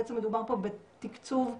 בעצם מדובר פה בתקצוב לראש.